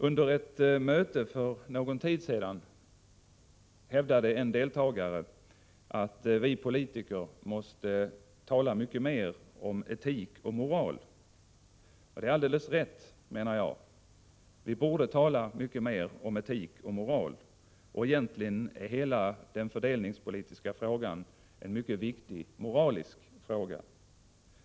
Under ett möte för någon tid sedan hävdade en deltagare att vi politiker måste tala mer om etik och moral. Det är alldeles riktigt — vi borde tala mycket mer om etik och moral, och egentligen är hela den fördelningspolitiska frågan en moralisk fråga.